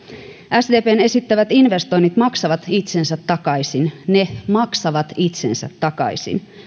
sdpn esittämät investoinnit maksavat itsensä takaisin ne maksavat itsensä takaisin